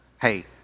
hey